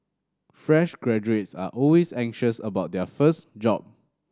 fresh graduates are always anxious about their first job